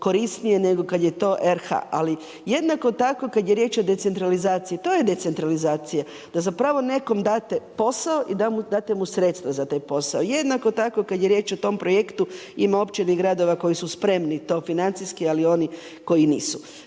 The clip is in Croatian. korisnije nego kada je to RH. Jednako tako kada je riječ o decentralizaciji to je decentralizacija da nekom date posao i date mu sredstva za taj posao. Jednako tako kada je riječ o tom projektu ima općina i gradova koje su spremni to financijski, ali i oni koji nisu.